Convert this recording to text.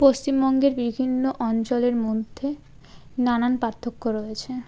পশ্চিমবঙ্গের বিভিন্ন অঞ্চলের মধ্যে নানান পার্থক্য রয়েছে